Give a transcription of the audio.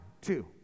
two